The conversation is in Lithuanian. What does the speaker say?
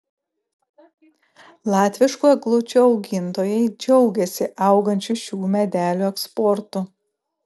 latviškų eglučių augintojai džiaugiasi augančiu šių medelių eksportu